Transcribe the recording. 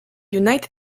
united